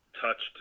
touched